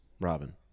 Robin